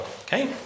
Okay